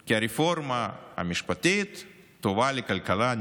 כי הרפורמה המשפטית טובה לכלכלה.